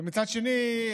מצד שני,